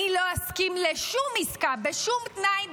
אני לא אסכים לשום עסקה, בשום תנאי.